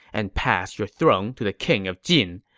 and pass your throne to the king of jin.